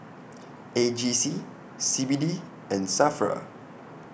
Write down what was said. A G C C B D and SAFRA